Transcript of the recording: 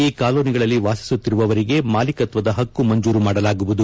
ಈ ಕಾಲೋನಿಗಳಲ್ಲಿ ವಾಸಿಸುತ್ತಿರುವವರಿಗೆ ಮಾಲಿಕತ್ತದ ಹಕ್ಕು ಮಂಜೂರು ಮಾಡಲಾಗುವುದು